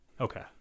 Okay